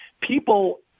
people